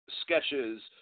sketches